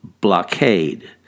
blockade